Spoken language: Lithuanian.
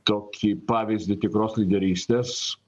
tokį pavyzdį tikros lyderystės